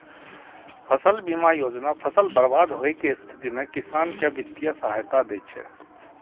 फसल बीमा योजना फसल बर्बाद होइ के स्थिति मे किसान कें वित्तीय सहायता दै छै